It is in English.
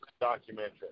documentary